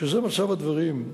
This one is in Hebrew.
כשזה מצב הדברים,